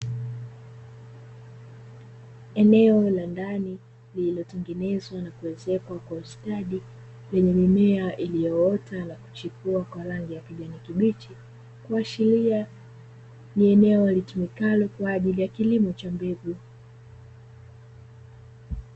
Eneo la ndani lililotengenezwa na kuezekwa kwa ustadi, lenye mimea iliyoota na kuchipua kwa rangi ya kijani kibichi, kuashiria ni eneo litumikalo kwa ajili ya kilimo cha mbegu.